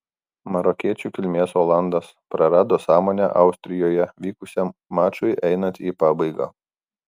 marokiečių kilmės olandas prarado sąmonę austrijoje vykusiam mačui einant į pabaigą